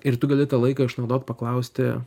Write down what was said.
ir tu gali tą laiką išnaudot paklausti